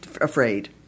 afraid